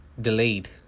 delayed